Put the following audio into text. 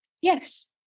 Yes